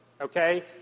okay